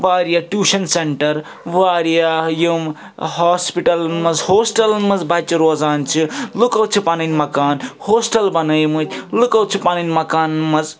واریاہ tuition centre واریاہ یِم ہاسپِٹَلَن منٛز ہوسٹَلَن منٛز بَچہٕ روزان چھِ لُکَو چھِ پَنٕنۍ مکان ہوسٹَل بنٲیمٕتۍ لُکَو چھِ پَنٕنۍ مکانَن منٛز